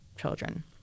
children